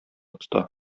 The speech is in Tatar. тота